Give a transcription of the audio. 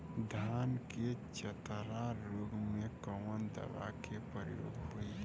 धान के चतरा रोग में कवन दवा के प्रयोग होई?